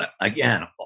again